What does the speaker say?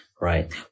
right